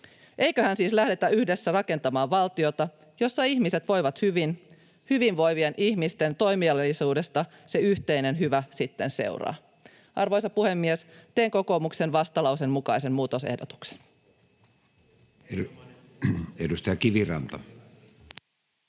Eiköhän siis lähdetä yhdessä rakentamaan valtiota, jossa ihmiset voivat hyvin? Hyvinvoivien ihmisten toimeliaisuudesta se yhteinen hyvä sitten seuraa. Arvoisa puhemies! Teen kokoomuksen vastalauseen mukaisen muutosehdotuksen. [Speech 44]